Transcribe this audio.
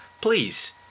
please